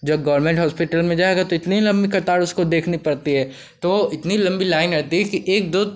जब government hospital में जाएगा तो इतनी ही लम्बी कतार उसको देखनी पड़ती है तो इतनी लम्बी लाइन रहती है कि एक दो एक